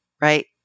right